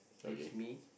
brings me